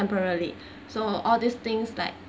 temporary so all these things like